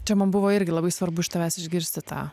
čia man buvo irgi labai svarbu iš tavęs išgirsti tą